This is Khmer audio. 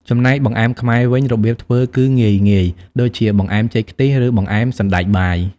ចំណែក បង្អែមខ្មែរវិញ របៀបធ្វើគឺងាយៗ ដូចជាបង្អែមចេកខ្ទិះ ឬបង្អែមសណ្តែកបាយ ។